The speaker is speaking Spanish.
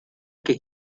que